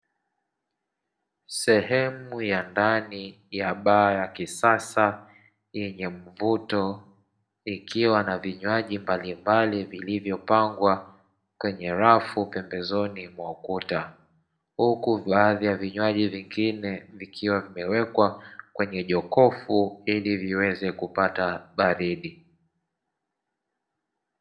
Sehemu ya ndani ya baa ya kisasa yenye mvuto, ikiwa na vinywaji mbalimbali vilivyopangwa kwenye rafu pembezoni mwa ukuta. Huku baadhi ya vinywaji vingine vikiwa vimewekwa kwenye jokofu, ili viweze kupata baridi.